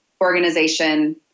organization